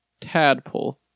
tadpole